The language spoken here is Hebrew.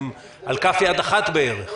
אפשר לספור אותם על כף יד אחת בערך.